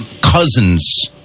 cousins